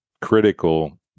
critical